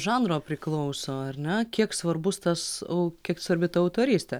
žanro priklauso ar ne kiek svarbus tas o kiek svarbi ta autorystė